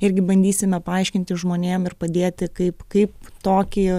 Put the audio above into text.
irgi bandysime paaiškinti žmonėm ir padėti kaip kaip tokį